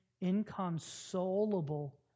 inconsolable